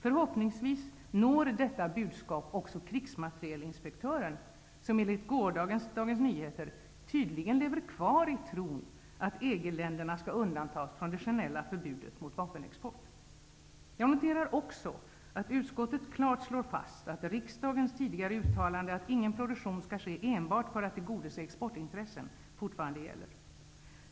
Förhoppningsvis når detta budskap också krigsmaterielinspektören, som enligt gårdagens Dagens Nyheter tydligen lever kvar i tron att EG länderna skall undantas från det generella förbudet mot vapenexport. Jag noterar också att utskottet klart slår fast att riksdagens tidigare uttalanden, att ingen produktion skall ske enbart för att tillgodose exportintressen, fortfarande gäller.